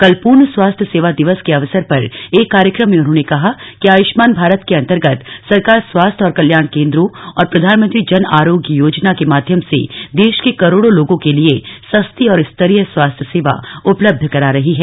कल पूर्ण स्वास्थ्य सेवा दिवस के अवसर पर एक कार्यक्रम में उन्होंने कहा कि आयुष्मान भारत के अंतर्गत सरकार स्वास्थ्य और कल्याण केंद्रों और प्रधानमंत्री जन आरोग्य योजना के माध्यम से देश के करोड़ों लोगों के लिए सस्ती और स्तरीय स्वास्थ्य सेवा उपलब्ध करा रही है